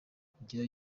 kugira